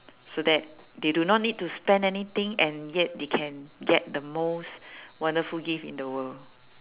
so that they do not need to spend anything and yet they can get the most wonderful gift in the world